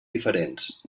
diferents